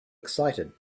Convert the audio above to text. excited